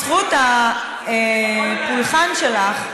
זכות הפולחן שלך,